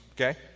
okay